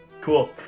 Cool